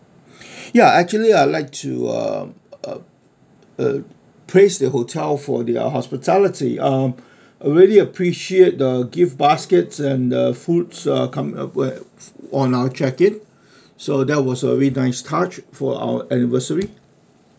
ya actually I'd like to uh uh uh praise the hotel for the hospitality um I really appreciate the gift basket and the foods uh come upon on our check in so that was a very nice touch for our anniversary